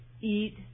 eat